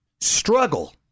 Struggle